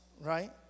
right